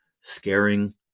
scaring